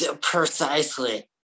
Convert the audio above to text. Precisely